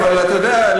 אבל אתה יודע,